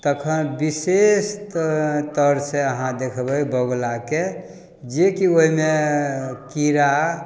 तखन विशेषतर से अहाँ देखबै बगुलाके जेकि ओहिमे कीड़ा